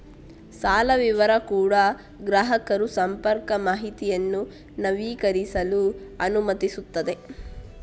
ಸಾಲ ವಿವರ ಕೂಡಾ ಗ್ರಾಹಕರು ಸಂಪರ್ಕ ಮಾಹಿತಿಯನ್ನು ನವೀಕರಿಸಲು ಅನುಮತಿಸುತ್ತದೆ